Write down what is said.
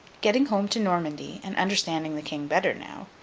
getting home to normandy, and understanding the king better now,